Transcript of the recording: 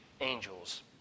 angels